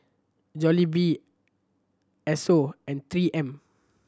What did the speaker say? Jollibee Esso and Three M